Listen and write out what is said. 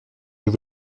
vous